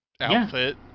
outfit